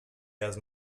has